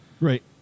Right